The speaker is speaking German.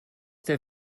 der